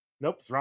Nope